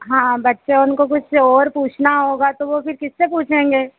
हाँ बच्चों को कुछ और पूछना होगा तो वो फिर किससे पूछेंगे